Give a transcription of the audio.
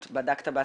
בדק את הנתון,